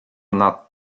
nad